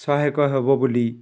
ସହାୟକ ହେବ ବୋଲି